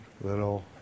little